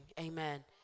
Amen